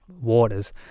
waters